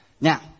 Now